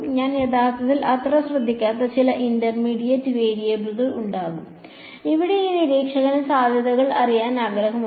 ഞാൻ യഥാർത്ഥത്തിൽ അത്ര ശ്രദ്ധിക്കാത്ത ചില ഇന്റർമീഡിയറ്റ് വേരിയബിൾ ഉണ്ടാകും ഇവിടെയുള്ള ഈ നിരീക്ഷകന് സാധ്യതകൾ അറിയാൻ ആഗ്രഹമുണ്ട്